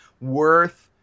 worth